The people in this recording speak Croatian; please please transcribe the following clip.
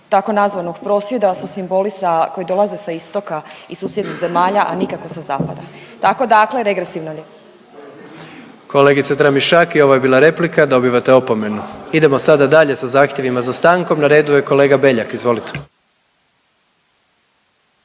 tako nazvanog prosvjeda su simboli sa, koji dolaze sa istoka i susjednih zemalja, a nikako sa zapada. Tako dakle regresivno je. **Jandroković, Gordan (HDZ)** Kolegice Tramišak i ovo je bila replika, dobivate opomenu. Idemo sada dalje sa zahtjevima za stankom, na redu je kolega Beljak, izvolite.